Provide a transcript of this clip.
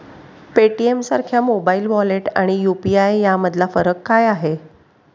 पेटीएमसारख्या mobile wallet आणि UPI यामधला फरक काय आहे?